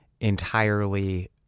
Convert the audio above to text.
entirely